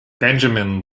benjamin